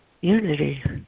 unity